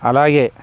అలాగే